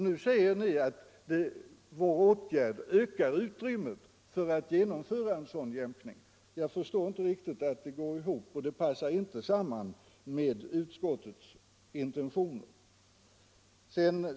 Nu säger ni att vår åtgärd ökar utrymmet för att jämka. Jag förstår inte hur det kan gå ihop, och det passar inte samman med utskottets intentioner.